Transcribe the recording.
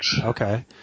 Okay